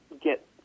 get